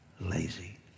lazy